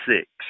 six